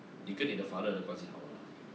你跟你的 father 的关系很好吗